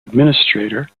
administrator